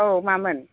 औ मामोन